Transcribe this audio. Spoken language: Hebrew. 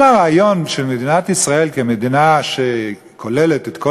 כל הרעיון של מדינת ישראל כמדינה שכוללת את כל